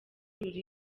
ruri